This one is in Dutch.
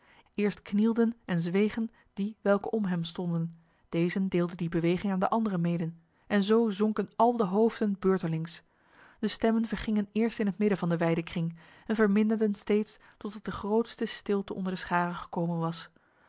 eerst knielden en zwegen die welke om hem stonden dezen deelden die beweging aan de anderen mede en zo zonken al de hoofden beurtelings de stemmen vergingen eerst in het midden van de wijde kring en verminderden steeds totdat de grootste stilte onder de scharen gekomen was